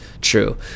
true